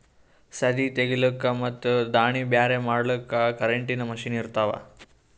ಸದೀ ತೆಗಿಲುಕ್ ಮತ್ ದಾಣಿ ಬ್ಯಾರೆ ಮಾಡಲುಕ್ ಕರೆಂಟಿನ ಮಷೀನ್ ಇರ್ತಾವ